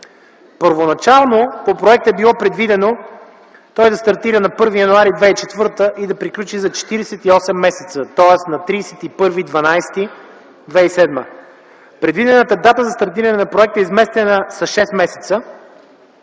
Първоначално по проекта е било предвидено той да стартира на 1 януари 2004 г. и да приключи за 48 месеца, тоест на 31.12.2007 г. Предвидената дата за стартиране на проекта е изместена с шест месеца,